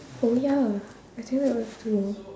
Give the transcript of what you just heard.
oh ya I think that works too